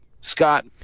Scott